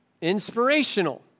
inspirational